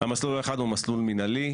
המסלול האחד הוא מסלול מנהלי,